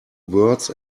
words